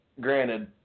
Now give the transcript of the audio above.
granted